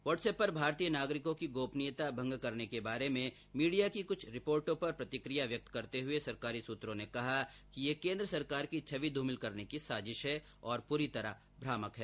WhatsApp पर भारतीय नागरिकों की गोपनीयता भंग करने के बारे में मीडिया की कृछ रिपोटॉ पर प्रतिक्रिया व्यक्त करते हुए सरकारी सूत्रों ने कहा कि ये केन्द्र सरकार की छवि धूमिल करने की साजिश है और पूरी तरह भ्रामक है